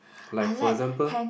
like for example